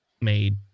made